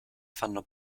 fanno